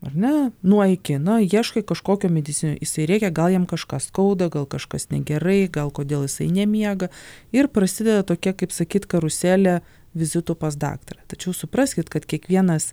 ar ne nuo iki na ieškai kažkokio medicinio jisai rėkia gal jam kažką skauda gal kažkas negerai gal kodėl jisai nemiega ir prasideda tokia kaip sakyt karuselė vizitų pas daktarą tačiau supraskit kad kiekvienas